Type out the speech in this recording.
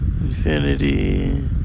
Infinity